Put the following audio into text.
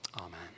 Amen